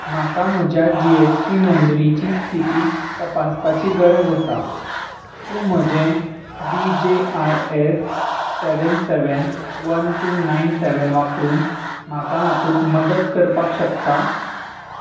म्हाका म्हजे G S T नोंदणीची स्थिती तपासपाची गरज आसा तूं म्हजें D J R S seven seven one two nine seven वापरून म्हाका हातूंत मदत करपाक शकता